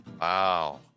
Wow